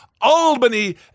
albany